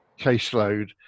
caseload